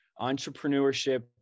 entrepreneurship